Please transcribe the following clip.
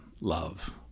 love